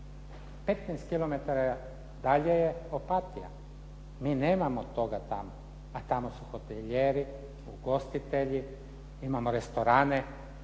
dalje je Opatija. Mi nemamo toga tamo a tamo su hotelijeri, ugostitelji, imamo restorane.